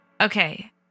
Okay